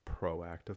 proactive